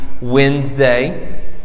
Wednesday